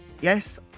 Yes